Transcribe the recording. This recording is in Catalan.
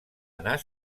anar